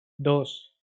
dos